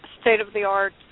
state-of-the-art